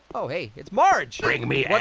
oh, hey, it's marge. bring me